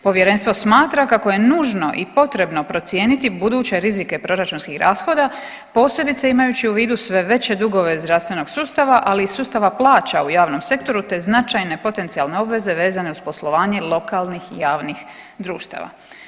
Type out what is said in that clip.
Povjerenstvo smatra kako je nužno i potrebno procijeniti buduće rizike proračunskih rashoda posebice imajući u vidu sve veće dugove zdravstvenog sustava, ali i sustava plaća u javnom sektoru te značajne potencijalne obveze vezane uz poslovanje lokalnih javnih društava.